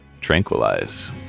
tranquilize